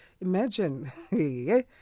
Imagine